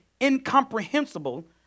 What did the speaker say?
incomprehensible